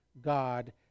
God